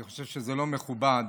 אני חושב שזה לא מכובד.